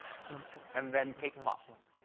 and then cake pops.